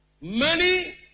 Money